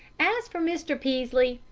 as for mr. peaslee,